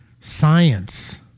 science